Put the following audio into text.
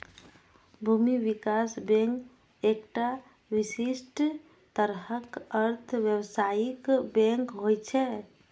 भूमि विकास बैंक एकटा विशिष्ट तरहक अर्ध व्यावसायिक बैंक होइ छै